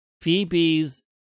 Phoebe's